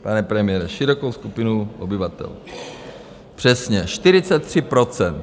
Pane premiére, širokou skupinu obyvatel, přesně 43 %.